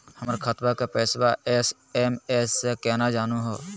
हमर खतवा के पैसवा एस.एम.एस स केना जानहु हो?